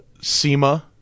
SEMA